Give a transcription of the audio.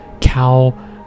cow